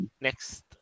next